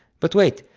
but wait,